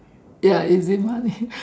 ya easy money